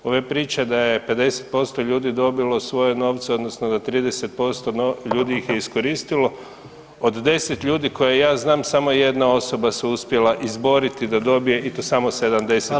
Ove priče da je 50% ljudi dobilo svoje novce odnosno da 30% ljudi ih je iskoristilo, od 10 ljudi koje ja znam samo je jedna osoba se uspjela izboriti da dobije i to samo 70% novaca.